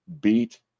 beat